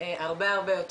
הרבה יותר.